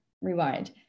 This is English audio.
Rewind